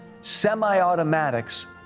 semi-automatics